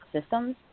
systems